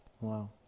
Wow